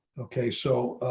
okay, so